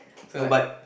so like